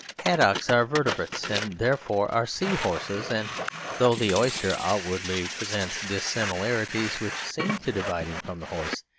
haddocks are vertebrates and therefore are sea-horses. and though the oyster outwardly presents dissimilarities which seem to divide him from the horse,